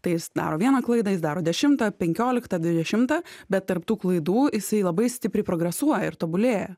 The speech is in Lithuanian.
tai jis daro vieną klaidą jis daro dešimtą penkioliktą dvidešimtą bet tarp tų klaidų jisai labai stipriai progresuoja ir tobulėja